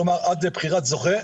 כלומר עד לבחירת זוכה,